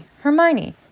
Hermione